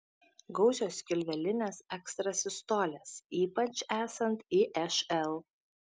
gausios skilvelinės ekstrasistolės ypač esant išl